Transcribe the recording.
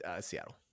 Seattle